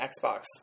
Xbox